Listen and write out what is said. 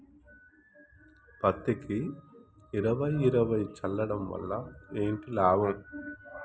పత్తికి ఇరవై ఇరవై చల్లడం వల్ల ఏంటి లాభం?